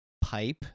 pipe